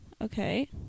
Okay